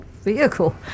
vehicle